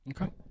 Okay